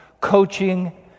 coaching